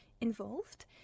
involved